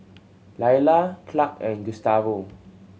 Laila Clark and Gustavo